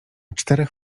czterech